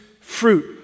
fruit